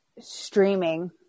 streaming